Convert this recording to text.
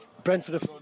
Brentford